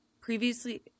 previously